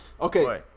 Okay